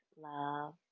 love